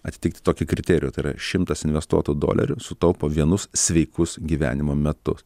atitikti tokį kriterijų tai yra šimtas investuotų dolerių sutaupo vienus sveikus gyvenimo metus